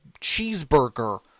cheeseburger